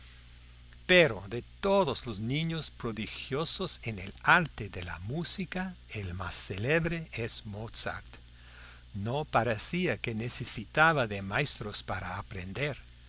pero de todos los niños prodigiosos en el arte de la música el más célebre es mozart no parecía que necesitaba de maestros para aprender